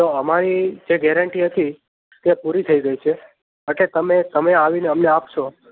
તો અમારી જે ગેરંટી હતી તે પૂરી થઈ ગઈ છે અટલે તમે તમે આવીને અમને આપશો